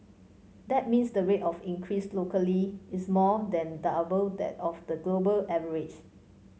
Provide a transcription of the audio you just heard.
that means the rate of increase locally is more than double that of the global average